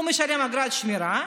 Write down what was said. הוא משלם אגרת שמירה,